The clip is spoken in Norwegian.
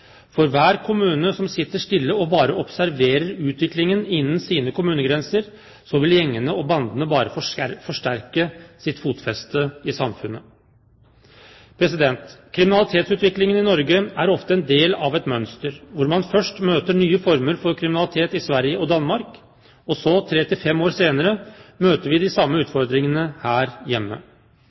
For hver kommune som sitter stille og bare observerer utviklingen innen sine kommunegrenser, vil gjengene og bandene bare forsterke sitt fotfeste i samfunnet. Kriminalitetsutviklingen i Norge er ofte en del av et mønster, hvor man først møter nye former for kriminalitet i Sverige og Danmark, og så tre til fem år senere møter vi de samme utfordringene her hjemme.